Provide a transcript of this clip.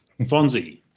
Fonzie